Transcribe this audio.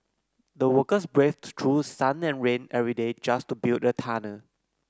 the workers braved through sun and rain every day just to build the tunnel